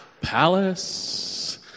palace